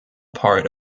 part